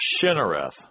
Shinareth